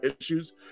issues